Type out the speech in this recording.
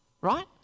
Right